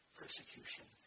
persecution